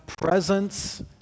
presence